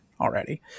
already